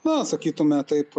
na sakytume taip